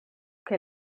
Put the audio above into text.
che